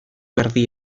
erdi